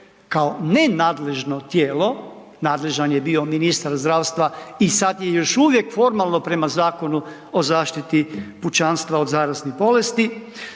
kao nenadležno tijelo, nadležan je bio ministar zdravstva i sada je još uvijek formalno prema Zakonu o zaštiti pučanstva od zaraznih bolesti,